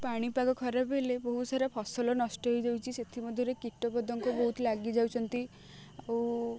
ପାଣିପାଗ ଖରାପ ହେଲେ ବହୁତ ସାରା ଫସଲ ନଷ୍ଟ ହେଇଯାଉଛି ସେଥିମଧ୍ୟରେ କୀଟ ପତଙ୍ଗ ବହୁତ ଲାଗି ଯାଉଛନ୍ତି ଆଉ